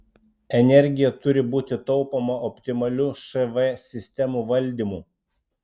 energija turi būti taupoma optimaliu šv sistemų valdymu